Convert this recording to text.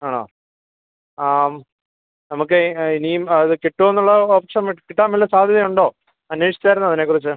ആണോ ആ നമുക്ക് ഇനിയും അത് കിട്ടോന്നുള്ള ഓപ്ഷൻ കി കിട്ടാൻ വല്ല സാധ്യതയുണ്ടോ അന്വേഷിച്ചായിരുന്നോ അതിനെ കുറിച്ച്